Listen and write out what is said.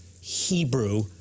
Hebrew